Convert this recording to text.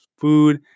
Food